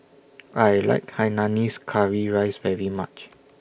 I like Hainanese Curry Rice very much